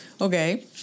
okay